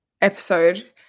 episode